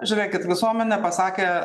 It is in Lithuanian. žiūrėkit visuomenė pasakė